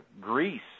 Greece